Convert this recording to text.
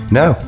no